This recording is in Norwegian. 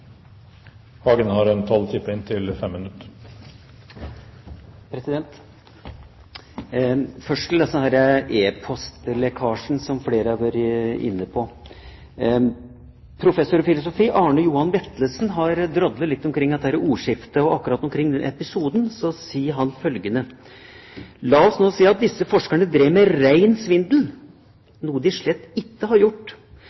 Først til disse e-postlekkasjene, som flere har vært inne på. Professor i filosofi Arne Johan Vetlesen har drodlet litt omkring dette ordskiftet, og akkurat når det gjelder den episoden, sier han følgende: «La oss nå si at disse forskerne drev med rein svindel, noe de slett ikke har gjort.